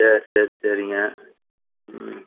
சேரி சேரி சரிங்க ம்